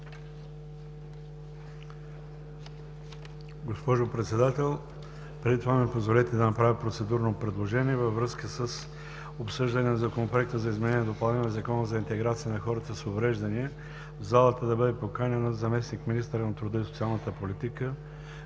Госпожо Председател, преди това ми позволете да направя процедурно предложение във връзка с обсъждане на Законопроекта за изменение и допълнение на Закона за интеграция на хората с увреждания – в залата да бъде поканена заместник-министърът на труда и социалната политика